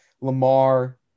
Lamar